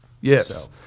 Yes